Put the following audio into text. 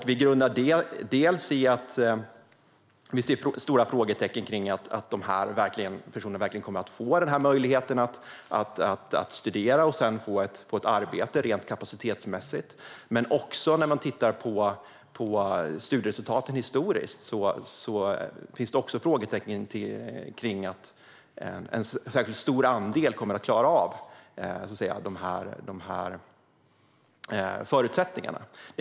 Det grundar vi dels på att vi ser stora frågetecken kring att de här personerna rent kapacitetsmässigt verkligen kommer att få möjligheten att studera och sedan få ett arbete, dels på att man när man tittar på studieresultaten historiskt ser ett antal frågetecken kring om en särskilt stor andel kommer att klara av detta enligt förutsättningarna.